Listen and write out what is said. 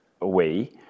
away